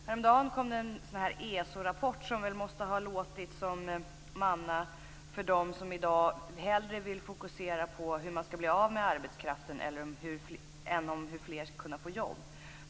Häromdagen kom en ESO-rapport som måste ha låtit som manna för dem som i dag hellre vill fokusera hur man skall bli av med arbetskraften än hur fler skall kunna få jobb.